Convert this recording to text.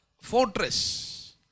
fortress